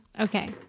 Okay